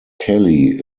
kelly